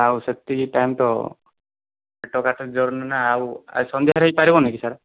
ଆଉ ସେତିକି ଟାଇମ୍ ତ ପେଟ କାଟୁଛି ଜୋର୍ରେ ନା ଆଉ ଆଜି ସନ୍ଧ୍ୟାରେ ହେଇପାରିବନି କି ସାର୍